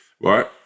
Right